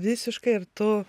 visiškai ir tu